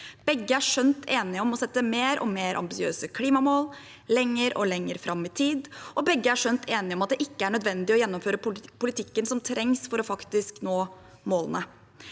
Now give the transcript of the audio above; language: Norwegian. Begge er skjønt enige om å sette mer og mer ambisiøse klimamål lenger og lenger fram i tid, og begge er skjønt enige om at det ikke er nødvendig å gjennomføre politikken som trengs for faktisk å nå målene.